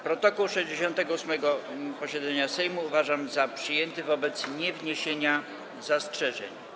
Protokół 68. posiedzenia Sejmu uważam za przyjęty wobec niewniesienia zastrzeżeń.